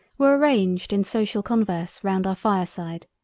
were arranged in social converse round our fireside,